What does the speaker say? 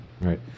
Right